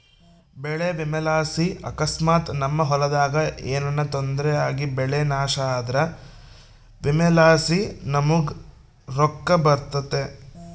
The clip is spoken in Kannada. ಬೆಳೆ ವಿಮೆಲಾಸಿ ಅಕಸ್ಮಾತ್ ನಮ್ ಹೊಲದಾಗ ಏನನ ತೊಂದ್ರೆ ಆಗಿಬೆಳೆ ನಾಶ ಆದ್ರ ವಿಮೆಲಾಸಿ ನಮುಗ್ ರೊಕ್ಕ ಬರ್ತತೆ